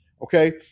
Okay